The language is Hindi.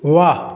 वाह